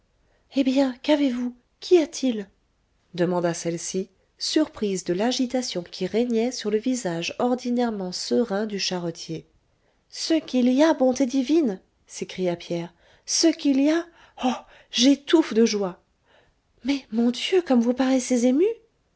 eh bien qu'avez-vous qu'y a-t-il demanda celle-ci surprise de l'agitation qui régnait sur le visage ordinairement serein du charretier ce qu'il y a bonté divine s'écria pierre ce qu'il y a oh j'étouffe de joie mais mon dieu comme vous paraissez ému